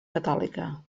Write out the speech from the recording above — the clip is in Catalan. catòlica